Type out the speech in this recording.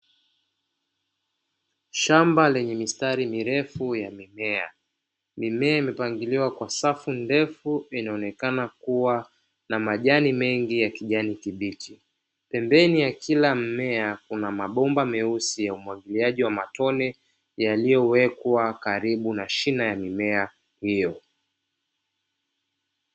Shamba lenye mistari mirefu ya mimea, mimea imepangiliwa kwa safu ndefu inaonekana kuwa na majani mengi ya kijani kibichi, pembeni ya kila mimea kuna mabomba meusi ya umwagiliaji ya matone yaliowekwa karibu na shina ya mimea hiyo.